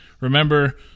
Remember